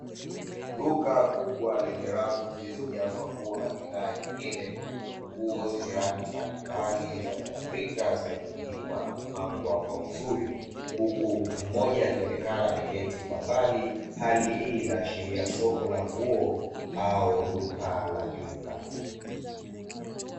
Duka kubwa lenye rafu zilizojazwa nguo na bidhaa nyingine, nguo zenye rangi mbalimbali za kiafrika zimetundikwa na kupangwa kwa uzuri, huku mtu mmoja akionekana ameketi kwa mbali. Hali hii inaashiria soko la nguo au duka la jumla.